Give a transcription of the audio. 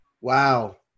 Wow